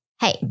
Hey